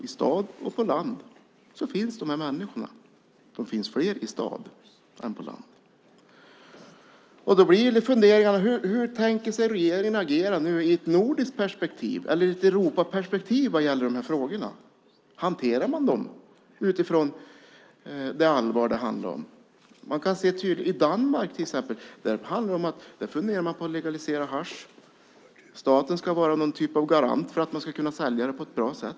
I staden och på landet finns de här människorna, och de är fler i staden än på landet. Jag funderar på hur regeringen tänker agera i ett nordiskt perspektiv eller i ett Europaperspektiv när det gäller de här frågorna. Hanterar man dem utifrån det allvar det handlar om? I Danmark, till exempel, funderar man på att legalisera hasch. Staten ska vara någon typ av garant för att man ska kunna sälja det på ett bra sätt.